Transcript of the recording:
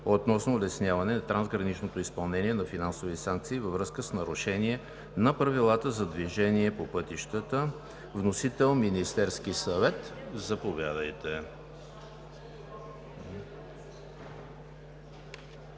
относно улесняване на трансграничното изпълнение на финансови санкции във връзка с нарушения на правилата за движение по пътищата № 902-02-7, внесено от Министерския съвет на 2 април